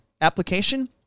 application